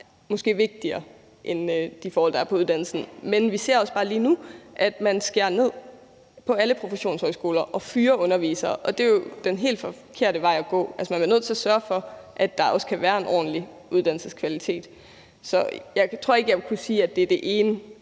er vigtigere end de forhold, der er på uddannelsen. Men vi ser også bare lige nu, at man skærer ned på alle professionshøjskoler og fyrer undervisere, og det er jo den helt forkerte vej at gå. Altså, man er jo også nødt til at sørge for, at der kan være en ordentlig uddannelseskvalitet. Så jeg tror ikke, jeg vil kunne sige, at det er det ene